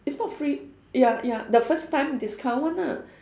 it's not free ya ya the first time discount one ah